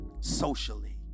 socially